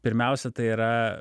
pirmiausia tai yra